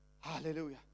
Hallelujah